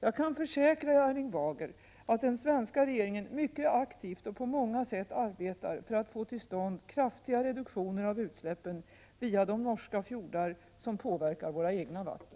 Jag kan försäkra Erling Bager att den svenska regeringen mycket aktivt och på många sätt arbetar för att få till stånd kraftiga reduktioner av utsläppen via de norska fjordar som påverkar våra egna vatten.